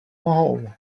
mohou